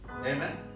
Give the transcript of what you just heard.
Amen